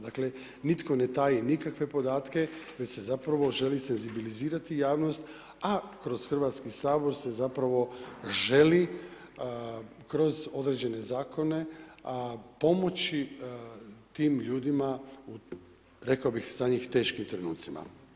Dakle, nitko ne taji nikakve podatke jer se zapravo želi senzibilizirati javnost, a kroz Hrvatski sabor se zapravo želi kroz određene zakone pomoći tim ljudima rekao bih za njih u teškim trenucima.